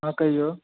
हँ कहियौ